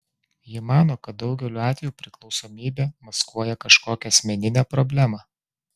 ji mano kad daugeliu atveju priklausomybė maskuoja kažkokią asmeninę problemą